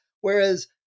whereas